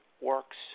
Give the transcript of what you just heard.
works